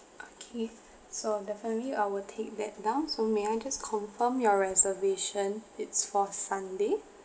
okay so definitely I will take that down so may I just confirm your reservation it's for sunday